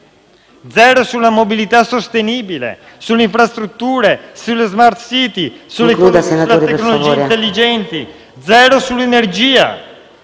zero sulla mobilità sostenibile, sulle infrastrutture, sulle s*mart city*, sulla tecnologia intelligente, zero sull'energia